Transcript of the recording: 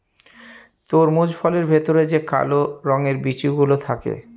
তরমুজ ফলের ভেতরে যে কালো রঙের বিচি গুলো থাকে